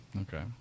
okay